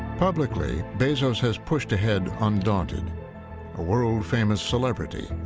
publicly, bezos has pushed ahead undaunted a world-famous celebrity.